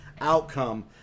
outcome